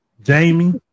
Jamie